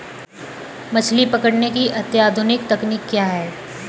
मछली पकड़ने की अत्याधुनिक तकनीकी क्या है?